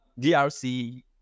DRC